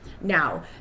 now